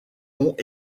ont